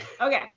Okay